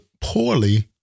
poorly